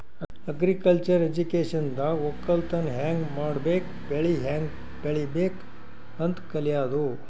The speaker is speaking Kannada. ಅಗ್ರಿಕಲ್ಚರ್ ಎಜುಕೇಶನ್ದಾಗ್ ವಕ್ಕಲತನ್ ಹ್ಯಾಂಗ್ ಮಾಡ್ಬೇಕ್ ಬೆಳಿ ಹ್ಯಾಂಗ್ ಬೆಳಿಬೇಕ್ ಅಂತ್ ಕಲ್ಯಾದು